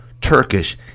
Turkish